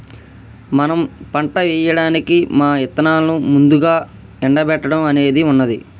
మనం పంట ఏయడానికి మా ఇత్తనాలను ముందుగా ఎండబెట్టడం అనేది ఉన్నది